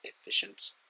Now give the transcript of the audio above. efficient